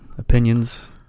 Opinions